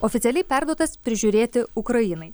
oficialiai perduotas prižiūrėti ukrainai